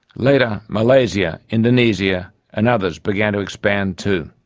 later malaysia, indonesia and others began to expand too.